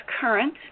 current